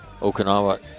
Okinawa